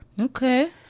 Okay